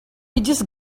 just